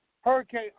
Hurricane